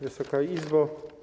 Wysoka Izbo!